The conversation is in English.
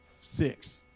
Six